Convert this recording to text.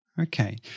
Okay